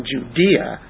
Judea